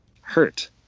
hurt